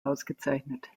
ausgezeichnet